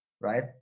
right